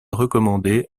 recommandé